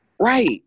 Right